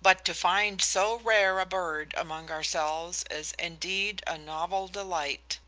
but to find so rare a bird among ourselves is indeed a novel delight.